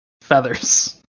feathers